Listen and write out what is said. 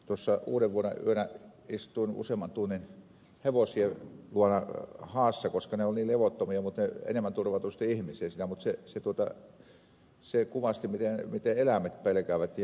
nimittäin uudenvuodenyönä istuin usean tunnin hevosien luona haassa koska ne olivat niin levottomia mutta ne enemmän turvautuivat sitten ihmiseen siinä mutta se kuvasti miten eläimet pelkäävät